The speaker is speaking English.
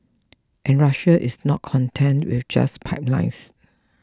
and Russia is not content with just pipelines